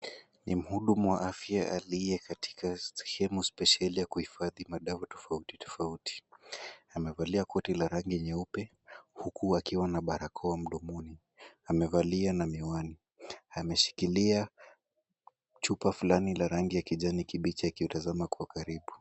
Ni mhudumu wa afya aliye katika sehemu spesheli ya kuhifadhi madawa tofauti tofauti, amevalia koti la rangi nyeupe huku akiwa na barakoa mdomoni. Amevalia na miwani, ameshikilia chupa fulani ya rangi ya kijani kibichi akiutazama kwa karibu.